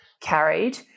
carried